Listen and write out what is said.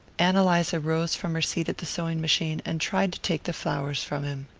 ann eliza rose from her seat at the sewing-machine and tried to take the flowers from him.